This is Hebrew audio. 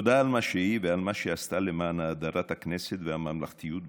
תודה על מה שהיא ועל מה שהיא עשתה למען האדרת הכנסת והממלכתיות בישראל,